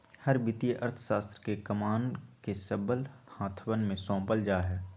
हर वित्तीय अर्थशास्त्र के कमान के सबल हाथवन में सौंपल जा हई